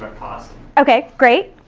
cost. okay, great,